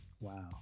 wow